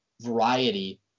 variety